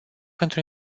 pentru